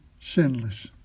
sinless